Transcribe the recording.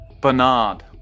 Bernard